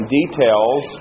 details